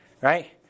right